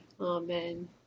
amen